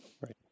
Right